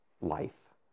life